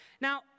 Now